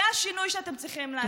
זה השינוי שאתם צריכים לעשות.